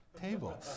table